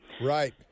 right